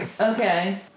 Okay